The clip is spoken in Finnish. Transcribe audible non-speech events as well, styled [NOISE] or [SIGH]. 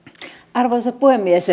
arvoisa puhemies [UNINTELLIGIBLE]